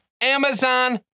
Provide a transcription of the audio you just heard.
Amazon